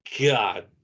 God